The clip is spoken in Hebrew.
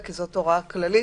כי זאת הוראה כללית,